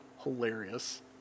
hilarious